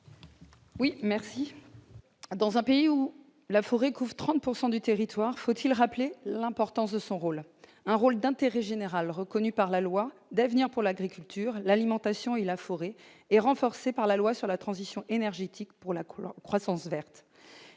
Delattre. Dans un pays où la forêt couvre 30 % du territoire, faut-il rappeler l'importance de son rôle ? Un rôle d'intérêt général reconnu par la loi d'avenir pour l'agriculture, l'alimentation et la forêt, et renforcé par la loi sur la transition énergétique pour la croissance verte.